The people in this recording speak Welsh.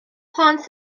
plant